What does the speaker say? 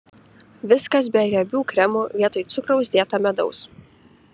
viskas be riebių kremų vietoj cukraus dėta medaus